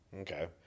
Okay